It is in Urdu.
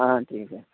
ہاں ٹھیک ہے